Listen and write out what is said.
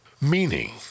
Meaning